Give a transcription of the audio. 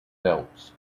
belts